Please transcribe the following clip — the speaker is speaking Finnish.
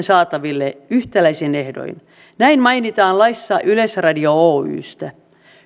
saataville yhtäläisin ehdoin näin mainitaan laissa yleisradio oystä